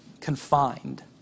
confined